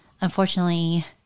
unfortunately